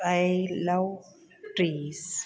I love trees